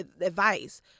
advice